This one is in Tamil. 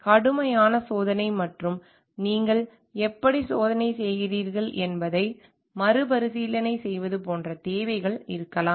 கடுமையான சோதனை மற்றும் நீங்கள் எப்படி சோதனை செய்கிறீர்கள் என்பதை மறுபரிசீலனை செய்வது போன்ற தேவைகள் இருக்கலாம்